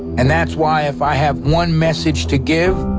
and that's why if i have one message to give,